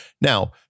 Now